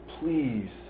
Please